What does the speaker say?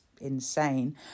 insane